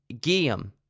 Guillaume